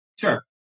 Sure